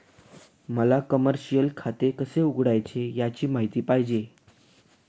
मला कमर्शिअल खाते कसे उघडायचे याची माहिती पाहिजे